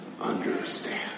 understand